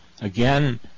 Again